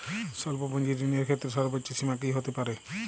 স্বল্প পুঁজির ঋণের ক্ষেত্রে সর্ব্বোচ্চ সীমা কী হতে পারে?